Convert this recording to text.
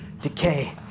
Decay